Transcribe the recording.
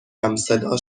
همصدا